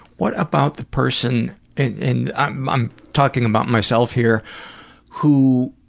what about the person and i'm i'm talking about myself here who